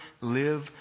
live